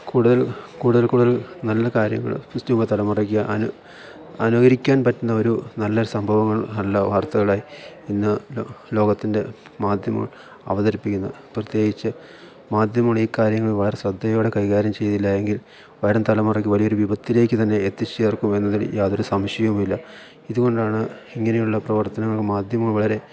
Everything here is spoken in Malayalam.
കൂടുതൽ കൂടുതൽ കൂടുതൽ നല്ല കാര്യങ്ങൾ യുവതലമുറയ്ക്ക് അനുകരിക്കാൻ പറ്റുന്ന ഒരു നല്ലൊരു സംഭവങ്ങൾ അല്ല വാർത്തകളായി ഇന്ന് ലോകത്തിൻ്റെ മാധ്യമങ്ങൾ അവതരിപ്പിക്കുന്നത് പ്രത്യേകിച്ച് മാധ്യമങ്ങൾ ഈ കാര്യങ്ങൾ വളരെ ശ്രദ്ധയോടെ കൈകാര്യം ചെയ്തില്ലായെങ്കിൽ വരും തലമുറയ്ക്ക് വലിയൊരു വിപത്തിലേക്ക് തന്നെ എത്തിച്ചേക്കും എന്നതിൽ യാതൊരു സംശയവുമില്ല ഇതുകൊണ്ടാണ് ഇങ്ങനെയുള്ള പ്രവർത്തനങ്ങൾ മാധ്യമങ്ങൾ വളരെ